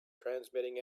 transmitting